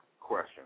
question